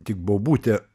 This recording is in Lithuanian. tik bobutę